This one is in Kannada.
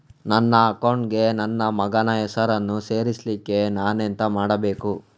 ನನ್ನ ಅಕೌಂಟ್ ಗೆ ನನ್ನ ಮಗನ ಹೆಸರನ್ನು ಸೇರಿಸ್ಲಿಕ್ಕೆ ನಾನೆಂತ ಮಾಡಬೇಕು?